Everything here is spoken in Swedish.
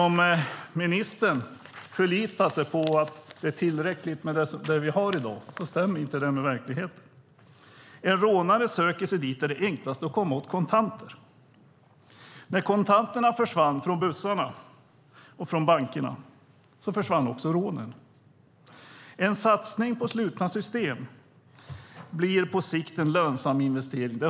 Om ministern förlitar sig på att det är tillräckligt med det vi har i dag stämmer inte det med verkligheten. En rånare söker sig dit där det är enklast att komma åt kontanter. När kontanterna försvann från bussarna och bankerna försvann också rånen. En satsning på slutna system blir på sikt en lönsam investering.